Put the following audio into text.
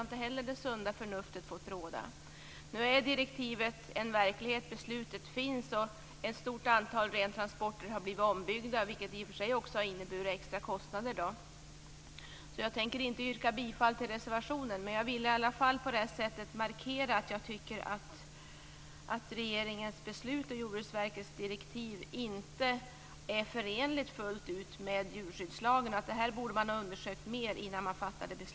Inte heller här har sunt förnuft fått råda. Nu är dock direktivet verklighet; beslutet finns. Ett stort antal rentransportburar har blivit ombyggda, vilket också har inneburit extra kostnader. Jag tänker inte yrka bifall till reservationen utan vill bara på detta sätt markera att jag tycker att regeringens beslut och Jordbruksverkets direktiv inte fullt ut är förenliga med djurskyddslagen. Detta borde ha undersökts mera innan beslut fattades.